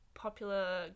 popular